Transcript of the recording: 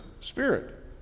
spirit